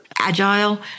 agile